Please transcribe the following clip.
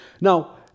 Now